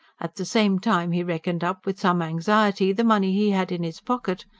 at the same time he reckoned up, with some anxiety, the money he had in his pocket.